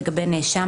לגבי נאשם,